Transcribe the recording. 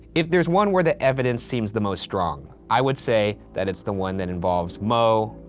if there's one where the evidence seems the most strong, i would say that it's the one that involves moe,